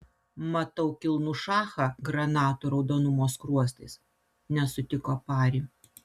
matau kilnų šachą granatų raudonumo skruostais nesutiko pari